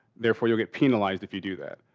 therefore, you'll get penalized if you do that.